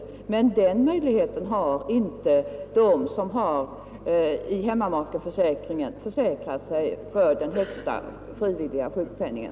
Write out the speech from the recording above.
Men den möjligheten har inte de som i hemmamakeförsäkringen har försäkrat sig för den högsta frivilliga sjukpenningen.